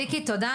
ויקי תודה,